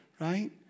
Right